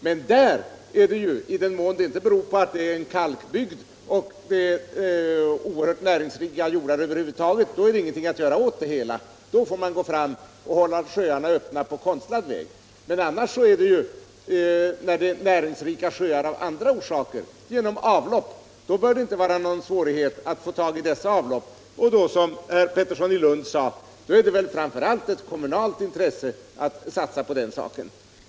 Men där är det ju, i den mån det beror på att det är en kalkbygd med oerhört näringsrika jordar över huvud taget, ingenting att göra åt det hela. Då får man hålla sjöarna öppna på konstlad väg. Men när sjöarna är näringsrika av andra orsaker — genom avlopp — bör det inte vara någon svårighet att få tag i avloppen, och då är det väl, som herr Pettersson i Lund sade, framför allt ett kommunalt intresse att satsa på den saken.